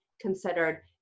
considered